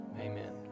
Amen